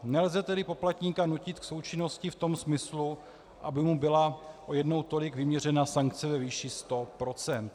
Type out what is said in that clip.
Nelze tedy poplatníka nutit k součinnosti v tom smyslu, aby mu byla o jednou tolik vyměřena sankce ve výši 100 %.